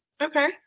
Okay